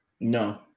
no